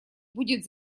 будет